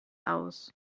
aus